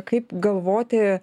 kaip galvoti